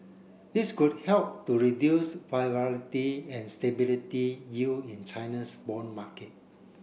this could help to reduce and stability yield in China's bond market